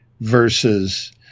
versus